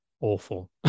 awful